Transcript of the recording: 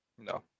No